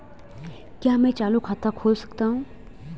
क्या मैं चालू खाता खोल सकता हूँ?